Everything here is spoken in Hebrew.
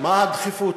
מה הדחיפות?